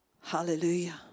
Hallelujah